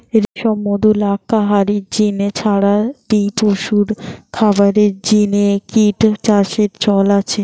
রেশম, মধু, লাক্ষা হারির জিনে ছাড়া বি পশুর খাবারের জিনে কিট চাষের চল আছে